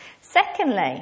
Secondly